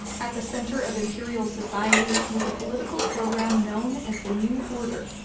at the center of imperial society was a political program known as the new order.